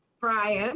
Brian